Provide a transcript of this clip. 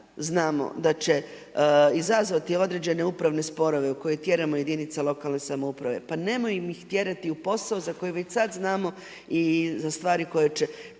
znamo da će izazvati određene upravne sporove u koje tjeramo jedinice lokalne samouprave, pa nemojmo ih tjerati u posao za koji već sad znamo i stvari koje će